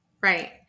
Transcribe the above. Right